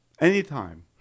anytime